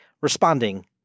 responding